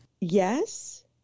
Yes